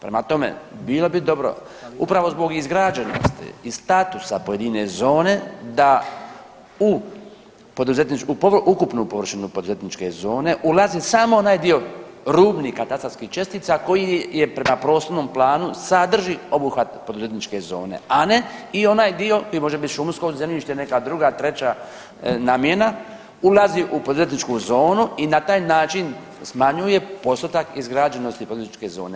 Prema tome, bilo bi dobro, upravo zbog izgrađenosti i statusa pojedine zone da u .../nerazumljivo/... ukupno površinu poduzetničke zone ulazi samo onaj dio rubni katastarskih čestica koji je prema prostornom planu sadrži obuhvat poduzetničke zone, a ne i onaj dio koji može biti šumsko zemljište, neka druga, treća namjena, ulazi u poduzetničku zonu i na taj način smanjuje postotak izgrađenosti poduzetničke zone.